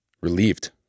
Relieved